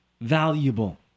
valuable